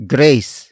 Grace